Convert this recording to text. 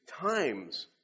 times